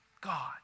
God